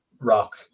rock